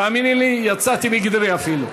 תאמיני לי, יצאתי מגדרי אפילו.